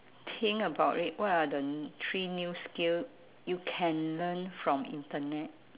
think about it what are the n~ three new skill you can learn from internet